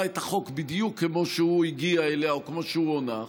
את החוק בדיוק כמו שהוא הגיע אליה או כמו שהוא הונח,